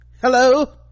hello